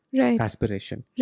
aspiration